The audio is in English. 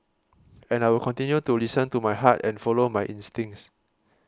and I will continue to listen to my heart and follow my instincts